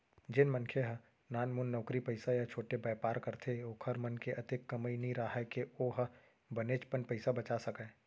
जेन मनखे मन ह नानमुन नउकरी पइसा या छोटे बयपार करथे ओखर मन के अतेक कमई नइ राहय के ओ ह बनेचपन पइसा बचा सकय